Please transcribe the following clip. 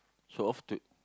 so off to